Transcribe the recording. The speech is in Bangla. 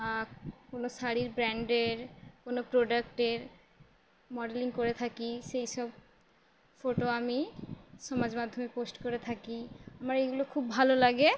কোনো শাড়ির ব্র্যান্ডের কোনো প্রোডাক্টের মডেলিং করে থাকি সেই সব ফটো আমি সমাজ মাধ্যমে পোস্ট করে থাকি আমার এইগুলো খুব ভালো লাগে